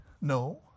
No